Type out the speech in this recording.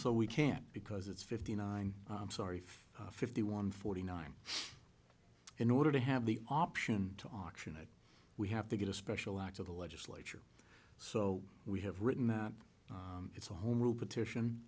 so we can't because it's fifty nine i'm sorry fifty one forty nine in order to have the option to auction it we have to get a special act of the legislature so we have written out it's a home rule petition